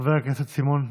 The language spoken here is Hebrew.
לחבר הכנסת סימון דוידסון.